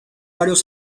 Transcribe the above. varios